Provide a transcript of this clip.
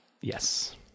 Yes